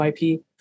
IP